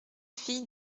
fille